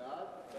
מי